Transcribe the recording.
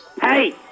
Hey